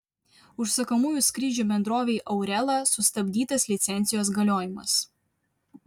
užsakomųjų skrydžių bendrovei aurela sustabdytas licencijos galiojimas